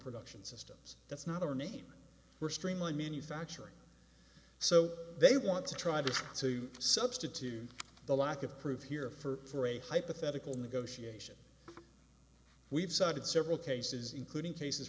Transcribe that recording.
production systems that's not our name we're streamlined manufacturing so they want to try to to substitute the lack of proof here for a hypothetical negotiation we've cited several cases including cases